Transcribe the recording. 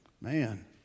Man